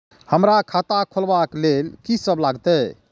हमरा खाता खुलाबक लेल की सब लागतै?